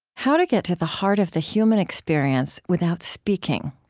how to get to the heart of the human experience without speaking?